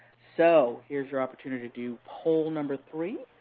so here's your opportunity to do poll number three.